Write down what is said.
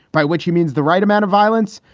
by which he means the right amount of violence.